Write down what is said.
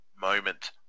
moment